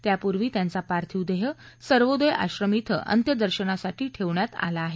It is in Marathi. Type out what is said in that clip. त्यापूर्वी त्यांचा पार्थिव देह सर्वोदय आश्रम इथ अत्यदर्शनासाठी ठेवण्यात आला आहे